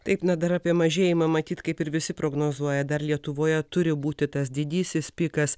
taip na dar apie mažėjimą matyt kaip ir visi prognozuoja dar lietuvoje turi būti tas didysis pikas